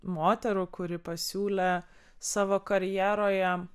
moterų kuri pasiūlė savo karjeroje